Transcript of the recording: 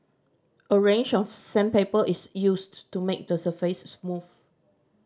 a range of sandpaper is used to make the surface smooth